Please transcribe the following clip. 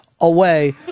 away